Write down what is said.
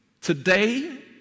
today